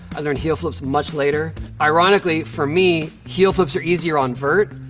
i learned heel flips much later. ironically for me, heel flips are easier on vert,